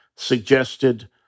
suggested